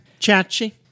Chachi